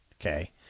okay